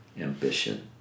Ambition